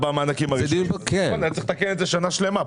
צריך לתקן את זה שנה שלמה.